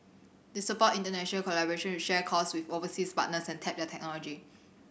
they support international collaboration to share costs with overseas partners and tap their technology